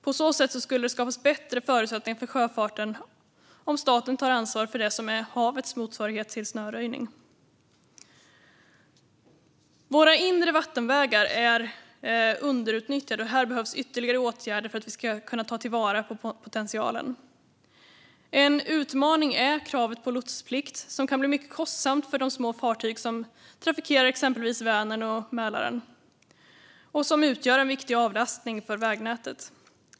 Det skulle skapas bättre förutsättningar för sjöfarten om staten tar ansvar för det som är havets motsvarighet till snöröjning. Våra inre vattenvägar är underutnyttjade, och här behövs ytterligare åtgärder för att ta till vara potentialen. En utmaning är kraven på lotsplikt, som kan bli mycket kostsamt för de små fartyg som trafikerar exempelvis Vänern och Mälaren och som utgör en viktig avlastning för vägnätet.